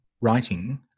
writing